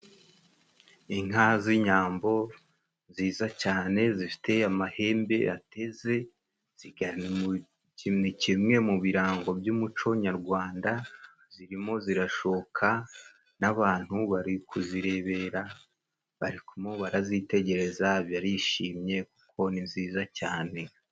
Inka z'inyambo nziza cyane zifite amahembe ateze ziganje ni kimwe mu birango by'umuco nyarwanda. Zirimo zirashoka n'abantu bari kuzirebera, bari kumwe barazitegereza barishimye kuko ni nziza cyane.